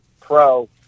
pro